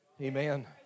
Amen